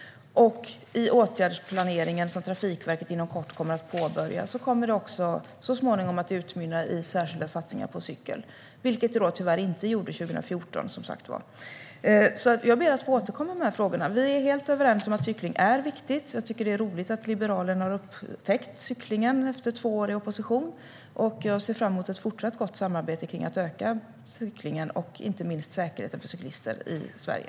Åtgärdsplaneringen som Trafikverket inom kort kommer att påbörja kommer också så småningom att utmynna i särskilda satsningar på cykling, vilket det tyvärr inte gjorde 2014. Jag ber att få återkomma till de här frågorna. Vi är helt överens om att cykling är viktigt. Det är roligt att Liberalerna har upptäckt cyklingen efter två år i opposition. Jag ser fram emot ett fortsatt gott samarbete om att öka cyklingen och inte minst säkerheten för cyklister i Sverige.